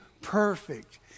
perfect